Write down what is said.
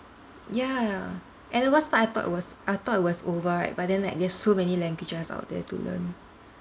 ya and the worse part I thought it was I thought I was over right but then like there's so many languages out there to learn